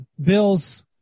Bills